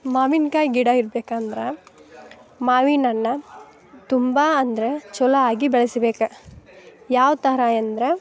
ಮಾವಿನ್ಕಾಯಿ ಗಿಡ ಇರ್ಬೇಕಂದ್ರೆ ಮಾವಿನಣ್ಣು ತುಂಬ ಅಂದ್ರೆ ಚಲೋ ಆಗಿ ಬೆಳೆಸ್ಬೇಕು ಯಾವ ಥರ ಅಂದ್ರೆ